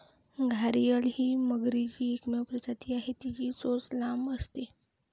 घारीअल ही मगरीची एकमेव प्रजाती आहे, तिची चोच लांब असते